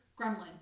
gremlin